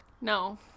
No